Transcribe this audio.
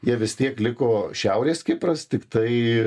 jie vis tiek liko šiaurės kipras tiktai